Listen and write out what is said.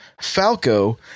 Falco